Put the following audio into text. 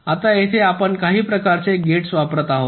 आता येथे आपण काही प्रकारचे गेट्स वापरत आहोत